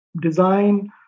design